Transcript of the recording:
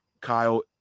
Kyle